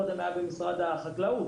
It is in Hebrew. קודם היה במשרד החקלאות,